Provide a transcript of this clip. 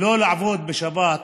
לא לעבוד בשבת,